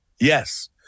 Yes